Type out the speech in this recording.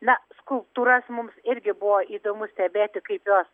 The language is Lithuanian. na skulptūras mums irgi buvo įdomu stebėti kaip jos